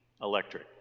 Electric